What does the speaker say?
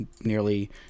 nearly